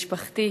משפחתי,